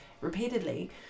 repeatedly